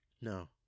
no